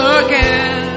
again